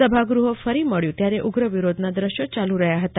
સભાગૃહ ફરી મળ્યું ત્યારે ઉગ્ર વિરોધના દ્રશ્યો ચલુ રહ્યા હતા